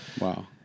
Wow